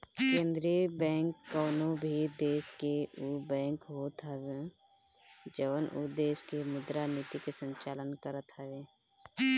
केंद्रीय बैंक कवनो भी देस के उ बैंक होत हवे जवन उ देस के मुद्रा नीति के संचालन करत हवे